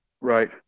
right